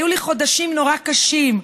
היו לי חודשים נורא קשים,